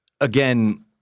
Again